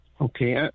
Okay